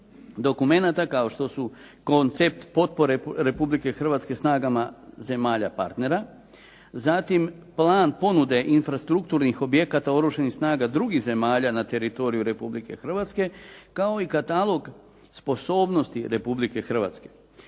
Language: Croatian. dokumenata, kao što su koncept potpore Republike Hrvatske snagama zemalja partnera, zatim plan ponude infrastrukturnih objekata oružanih snaga drugih zemalja na teritoriju Republike Hrvatske, kao i katalog sposobnosti Republike Hrvatske,